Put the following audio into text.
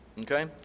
Okay